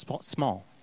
small